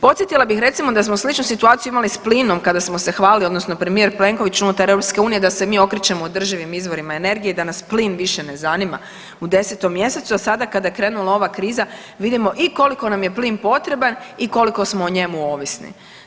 Podsjetila bih recimo da smo sličnu situaciju imali s plinom kada smo se hvalili odnosno premijer Plenković unutar EU da se mi okrećemo održivim izvorima energije i da nas plin više ne zanima u 10. mjesecu, a sada kada je krenula ova kriza vidimo i koliko nam je plin potreban i koliko smo o njemu ovisni.